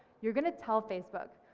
you're gonna tell facebook,